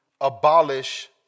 abolish